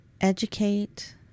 Educate